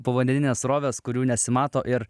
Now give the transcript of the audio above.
povandeninės srovės kurių nesimato ir